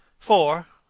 for,